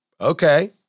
Okay